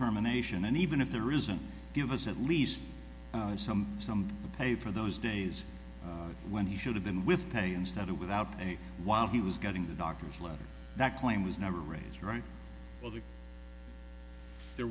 terminations and even if there isn't give us at least some some paid for those days when he should have been with pay instead of without and while he was getting the doctor's letter that claim was never raised right well th